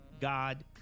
God